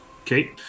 Okay